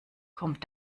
kommt